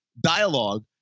dialogue